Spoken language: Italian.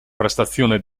prestazione